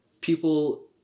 People